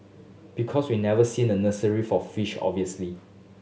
because we never seen a nursery for fish obviously